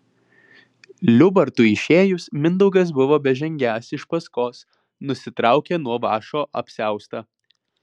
liubartui išėjus mindaugas buvo bežengiąs iš paskos nusitraukė nuo vąšo apsiaustą